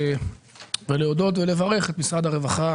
להודות ולברך את משרד הרווחה